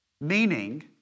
Meaning